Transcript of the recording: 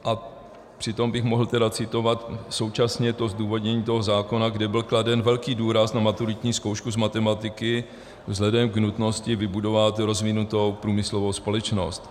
A přitom bych mohl tedy citovat současně to zdůvodnění toho zákona, kde byl kladen velký důraz na maturitní zkoušku z matematiky vzhledem k nutnosti vybudovat rozvinutou průmyslovou společnost.